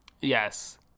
Yes